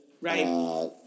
Right